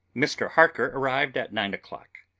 mr. harker arrived at nine o'clock.